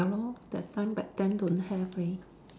ya lor that time back then don't have leh